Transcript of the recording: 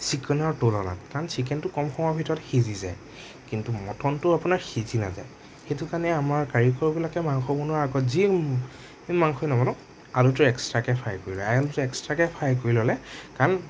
ছিকেনৰ তুলনাত কাৰণ ছিকেনটো কম সময়ত সিজি যায় কিন্তু মটনটো আপোনাৰ সিজি নাযায় সেইটো কাৰণে আমাৰ কাৰিকৰবিলাকে মাংস বনোৱাৰ আগত যি মাংসই নবনাওক আলুটো এক্সট্ৰাকে ফ্ৰাই কৰি লয় আলুটো এক্সট্ৰাকে ফ্ৰাই কৰি ল'লে কান